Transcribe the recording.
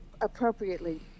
appropriately